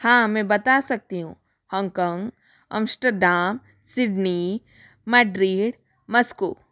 हाँ मैं बता सकती हूँ Hong Kong Amsterdam Sydney Madrid Moscow